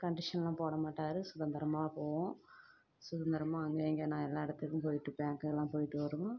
கண்டிஷன்லாம் போட மாட்டார் சுதந்திரமாக போவோம் சுதந்திரமாக அங்கே இங்கே நா எல்லா இடத்துக்கும் போயிட்டு பேங்குக்குலாம் போயிட்டு வருவோம்